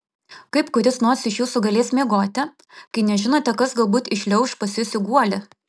kaip kuris nors iš jūsų galės miegoti kai nežinote kas galbūt įšliauš pas jus į guolį